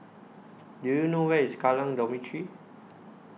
Do YOU know Where IS Kallang Dormitory